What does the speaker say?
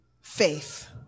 faith